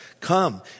come